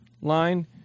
line